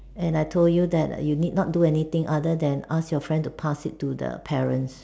and I told you that you need not to do anything other than asking your friends to pass it to the parents